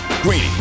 Greeny